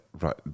right